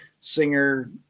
singer